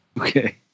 Okay